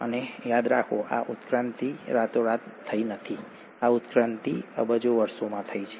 અને યાદ રાખો આ ઉત્ક્રાંતિ રાતોરાત નથી થઈ આ ઉત્ક્રાંતિ અબજો વર્ષોમાં થઈ છે